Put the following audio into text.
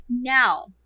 Now